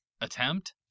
attempt